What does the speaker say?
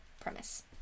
premise